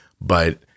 But-